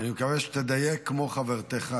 מבקש שתדייק כמו חברתך.